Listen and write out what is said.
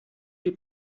les